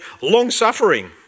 long-suffering